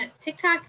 TikTok